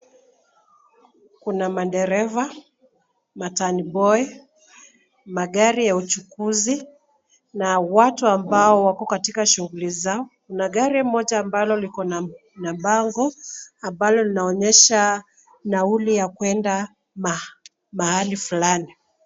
Kuna madereva matani boy , magari ya uchukuzi na watu ambao wako katika shughuli zao. Kuna gari moja ambalo likona bango ambalo linaonyesha nauli ya kwenda mahali fulani.